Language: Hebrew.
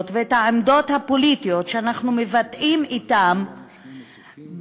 ואת העמדות הפוליטיות שאנחנו מבטאים על-ידי